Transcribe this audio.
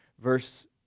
verse